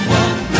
one